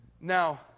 Now